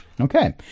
Okay